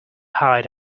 hide